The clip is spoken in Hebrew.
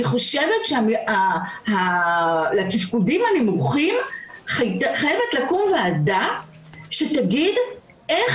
אני חושבת שלתפקודים הנמוכים חייבת לקום ועדה שתגיד איך